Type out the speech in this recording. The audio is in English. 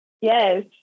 Yes